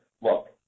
look